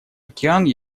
океан